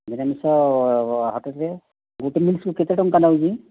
ନିରାମିଷ ହୋଟେଲ୍ରେ ଗୋଟେ ମିଲ୍ସକୁ କେତେ ଟଙ୍କା ନେଉଛି